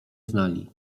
znali